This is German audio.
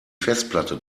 festplatte